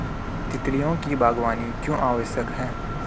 तितलियों की बागवानी क्यों आवश्यक है?